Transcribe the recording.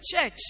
church